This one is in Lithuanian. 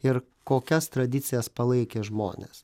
ir kokias tradicijas palaikė žmonės